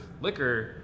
liquor